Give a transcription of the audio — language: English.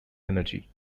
energy